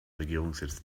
regierungssitz